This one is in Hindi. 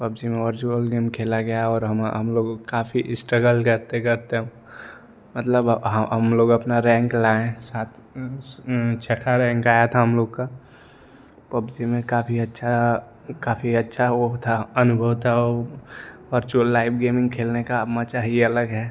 पबजी में वर्चुअल गेम खेला गया है और हम हम लोग काफ़ी इस्ट्रगल करते करते हम मतलब हम लोग अपना रैंक लाए साथ छठा रैंक आया था हम लोग का पबजी में काफी अच्छा काफ़ी अच्छा वह था अनुभव था वो वर्चुअल लाइफ गेमिंग खेलने का मज़ा ही अलग है